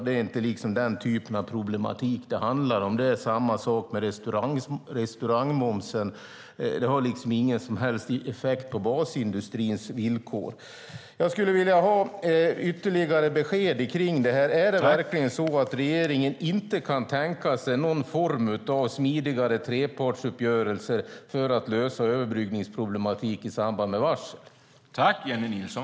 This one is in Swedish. Det är inte den typen av problematik som det handlar om. Det är samma sak med sänkningen av restaurangmomsen. Den har ingen som helst effekt på basindustrins villkor. Jag skulle vilja ha ytterligare besked när det gäller detta. Är det verkligen så att regeringen inte kan tänka sig någon form av smidigare trepartsuppgörelser för att lösa överbryggningsproblematik i samband med varsel?